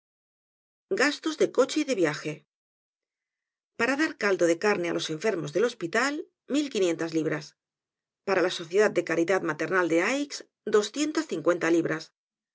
gastos de coche y de viaje para dar caldo de carne á los enfermos del hospital mil y quinientas libras para la sociedad de caridad maternal de aix doscientas cincuenta libras